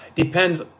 depends